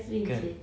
kan